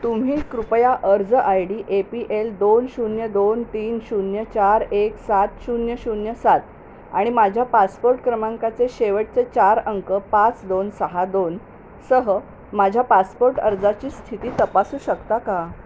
तुम्ही कृपया अर्ज I D A P L दोन शून्य दोन तीन शून्य चार एक सात शून्य शून्य सात आणि माझ्या पासपोर्ट क्रमांकाचे शेवटचे चार अंक पाच दोन सहा दोनसह माझ्या पासपोर्ट अर्जाची स्थिती तपासू शकता का